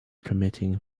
committing